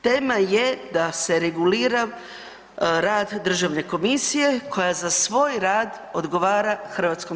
Tema je da se regulira rad državne komisije koja za svoj rad odgovara HS.